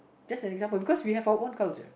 just an example because we have our own culture